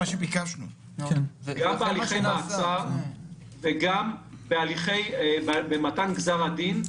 גם בהליכי מעצר וגם במתן גזר הדין,